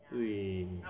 对